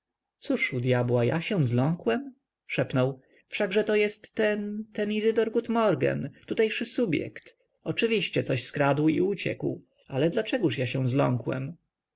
cóż u dyabła ja się zląkłem szepnął wszakże to jest ten ten izydor gutmorgen tutejszy subjekt oczywiście coś skradł i uciekł ale dlaczego ja się zląkłem